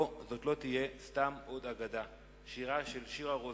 לא, זאת לא תהיה סתם עוד אגדה, שירה של שירה רוזן,